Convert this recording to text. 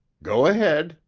go ahead,